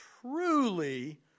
truly